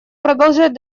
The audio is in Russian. продолжать